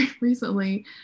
recently